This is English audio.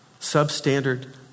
substandard